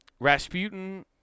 Rasputin